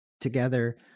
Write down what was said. together